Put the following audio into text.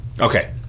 okay